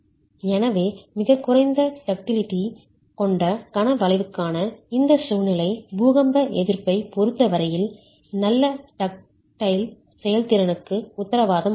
எனவே மிகக் குறைந்த டக்டிலிட்டி கொண்ட கண வளைவுக்கான இந்த சூழ்நிலை பூகம்ப எதிர்ப்பைப் பொறுத்த வரையில் நல்ல டக்டைல் செயல்திறனுக்கு உத்தரவாதம் அளிக்காது